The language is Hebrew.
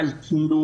אבל תנו